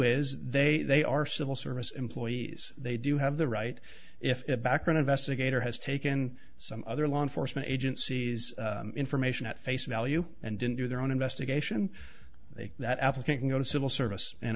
is they they are civil service employees they do have the right if a background investigator has taken some other law enforcement agencies information at face value and didn't do their own investigation they that applicant can go to civil service an